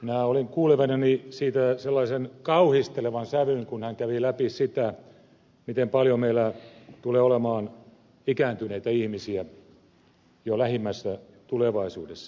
minä olin kuulevinani siitä sellaisen kauhistelevan sävyn kun hän kävi läpi sitä miten paljon meillä tulee olemaan ikääntyneitä ihmisiä jo lähimmässä tulevaisuudessa